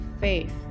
faith